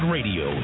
Radio